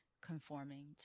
conforming